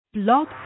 blog